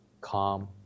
calm